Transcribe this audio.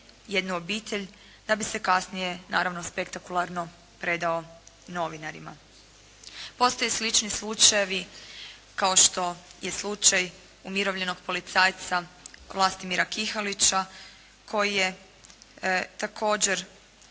jednu obitelj, da bi se kasnije, naravno spektakularno predao novinarima. Postoje slični slučajevi kao što je slučaj umirovljenog policajca Vlastimira Kihalića koji je također